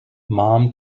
mom